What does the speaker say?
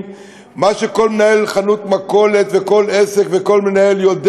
מה שכל מנהל חנות מכולת וכל עסק וכל מנהל יודע,